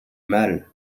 mal